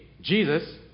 Jesus